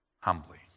humbly